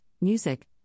music